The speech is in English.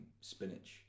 spinach